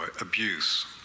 abuse